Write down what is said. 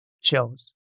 shows